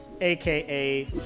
aka